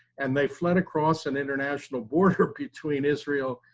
and they fled across an international border between israel,